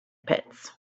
pits